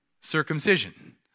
Circumcision